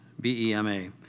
B-E-M-A